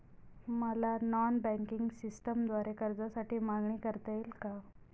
मला non banking सिस्टमद्वारे कर्जासाठी मागणी करता येईल का?